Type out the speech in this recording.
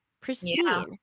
pristine